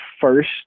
first